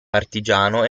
partigiano